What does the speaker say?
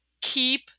keep